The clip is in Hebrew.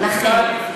להגיד.